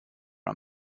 are